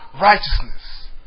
righteousness